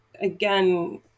again